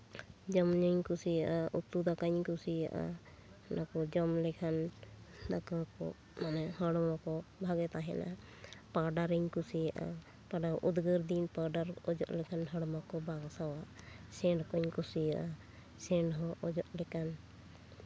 ᱡᱚᱢᱼᱧᱩᱧ ᱠᱩᱥᱤᱭᱟᱜᱼᱟ ᱩᱛᱩᱼᱫᱟᱠᱟᱧ ᱠᱩᱥᱤᱭᱟᱜᱼᱟ ᱚᱱᱟ ᱠᱚ ᱡᱚᱢ ᱞᱮᱠᱷᱟᱱ ᱫᱟᱠᱟ ᱠᱚ ᱢᱟᱱᱮ ᱦᱚᱲᱢᱚ ᱠᱚ ᱵᱷᱟᱜᱮ ᱛᱟᱦᱮᱱᱟ ᱯᱟᱣᱰᱟᱨᱤᱧ ᱠᱩᱥᱤᱭᱟᱜᱼᱟ ᱩᱫᱽᱜᱟᱹᱨ ᱫᱤᱱ ᱯᱟᱣᱰᱟᱨ ᱚᱡᱚᱜ ᱞᱮᱠᱷᱟᱱ ᱦᱚᱲᱢᱚ ᱠᱚ ᱵᱟᱝ ᱥᱚᱣᱟ ᱥᱮᱹᱱᱴ ᱠᱚᱧ ᱠᱩᱥᱤᱭᱟᱜᱼᱟ ᱥᱮᱹᱱᱴ ᱦᱚᱸ ᱚᱡᱚᱜ ᱞᱮᱠᱷᱟᱱ